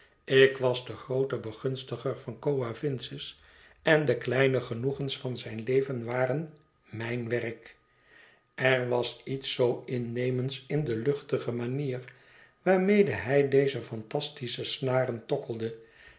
ik was de groote begunstiger van coavinses en de kleine genoegens van zijn leven waren mijn werk er was iets zoo innemends in de luchtige manier waarmede hij deze fantastische snaren tokkelde